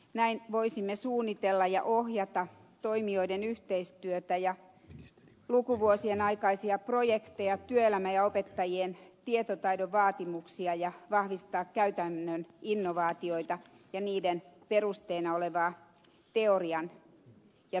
näin voisimme suunnitella ja ohjata toimijoiden yhteistyötä ja lukuvuosien aikaisia projekteja työelämän ja opettajien tietotaidon vaatimuksia ja vahvistaa käytännön innovaatioita ja niiden perusteena olevaa teorian ja tutkimuspohjan käyttöä